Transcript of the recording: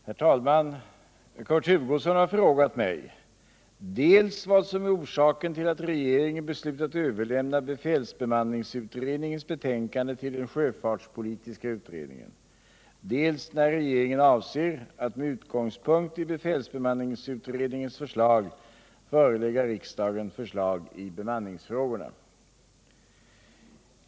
Herr talman! Kurt Hugosson har frågat mig dels vad som är orsaken till att regeringen beslutat överlämna befälsbemanningsutredningens betänkande till den sjöfartspolitiska utredningen, dels när regeringen avser att med utgångspunkt i befälsbemanningsutredningens förslag förelägga riksdagen förslag i bemanningsfrågorna.